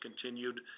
continued